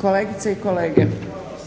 Kolegice i kolege,